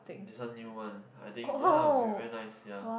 this one new one I think ya very very nice ya